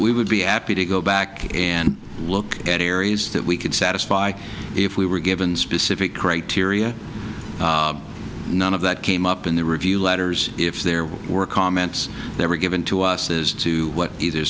we would be appy to go back and look at areas that we could satisfy if we were given specific criteria none of that came up in the review letters if there were comments they were given to us as to what it